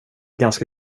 ganska